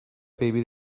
baby